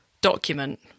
document